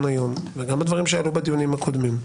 היום וגם בדברים שעלו בדיונים הקודמים,